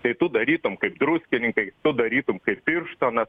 tai tu darytum kaip druskininkai tu darytum kaip birštonas